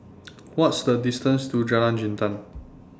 What IS The distance to Jalan Jintan